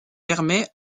permet